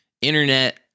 internet